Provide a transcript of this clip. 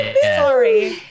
Sorry